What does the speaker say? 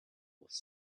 was